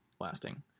lasting